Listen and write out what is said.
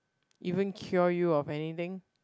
even cure you of anything